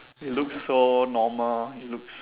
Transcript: he looks so normal he looks